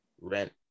rent